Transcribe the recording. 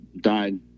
died